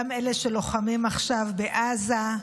גם אלה שלוחמים עכשיו בעזה,